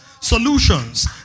solutions